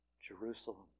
Jerusalem